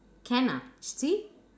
can ah s~ see